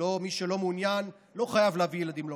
מי שלא מעוניין לא חייב להביא ילדים לעולם,